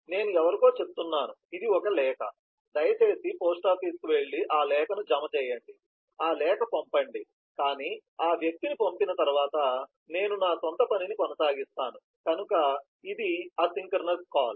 నేను ఎవరికో చెప్తున్నాను ఇది ఒక లేఖ దయచేసి పోస్టాఫీసుకు వెళ్లి ఆ లేఖను జమ చేయండి ఆ లేఖ పంపండి కాని ఆ వ్యక్తిని పంపిన తరువాత నేను నా స్వంత పనిని కొనసాగిస్తాను కనుక ఇది అసింక్రోనస్ కాల్